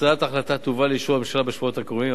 הצעת ההחלטה תובא לאישור הממשלה בשבועות הקרובים.